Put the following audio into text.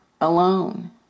alone